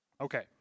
Okay